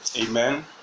Amen